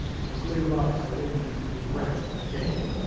and blue lights illuminated the approach to the gate,